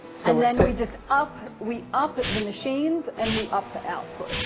so and then we just up we up the machines and we up the output.